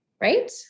right